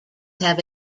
have